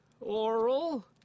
Oral